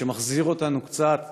מה שמחזיר אותנו קצת